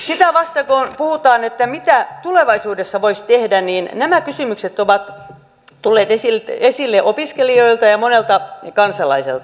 sitä vastoin kun puhutaan siitä mitä tulevaisuudessa voisi tehdä niin nämä kysymykset ovat tulleet esille opiskelijoilta ja monelta kansalaiselta